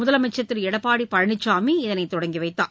முதலமைச்சர் திருஎடப்பாடிபழனிசாமி இதனைதொடங்கிவைத்தார்